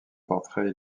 portraits